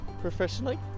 professionally